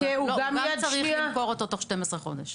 הוא גם צריך למכור אותו תוך 12 חודשים.